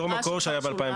אותו מקור שהיה ב-2017.